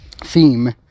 theme